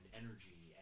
energy